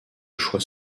choix